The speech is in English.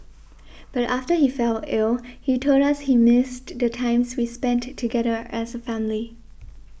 but after he fell ill he told us he missed the times we spent together as a family